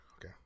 Okay